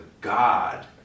God